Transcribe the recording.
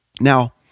Now